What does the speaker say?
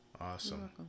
Awesome